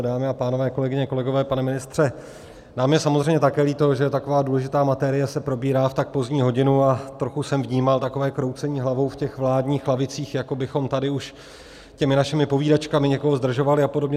Dámy a pánové, kolegyně, kolegové, pane ministře, nám je samozřejmě také líto, že tak důležitá materie se probírá v tak pozdní hodiny, a trochu jsem vnímal takové kroucení hlavou v těch vládních lavicích, jako bychom tady už těmi našimi povídačkami někoho zdržovali a podobně.